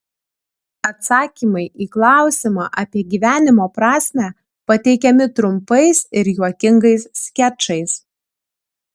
atsakymai į klausimą apie gyvenimo prasmę pateikiami trumpais ir juokingais skečais